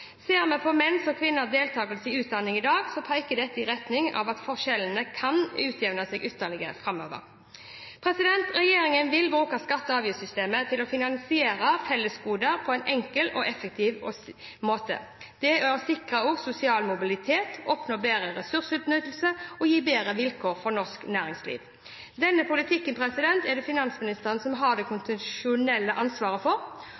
Ser vi på menns og kvinners deltakelse i utdanning i dag, peker dette i retning av at forskjellene kan utjevnes ytterligere framover. Regjeringen vil bruke skatte- og avgiftssystemet til å finansiere fellesgoder på en enkel og effektiv måte, sikre sosial mobilitet, oppnå bedre ressursutnyttelse og gi bedre vilkår for norsk næringsliv. Denne politikken er det finansministeren som har det konstitusjonelle ansvaret for.